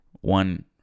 one